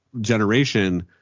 generation